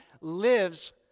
lives